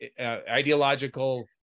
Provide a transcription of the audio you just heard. ideological